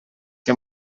que